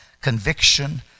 conviction